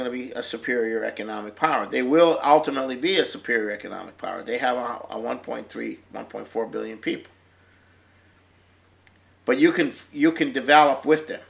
going to be a superior economic power they will ultimately be a superior economic power they have our one point three one point four billion people but you can feel you can develop with